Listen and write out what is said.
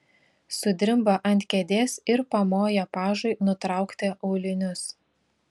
sudrimba ant kėdės ir pamoja pažui nutraukti aulinius